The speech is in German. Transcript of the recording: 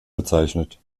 bezeichnet